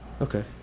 Okay